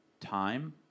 Time